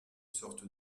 sorte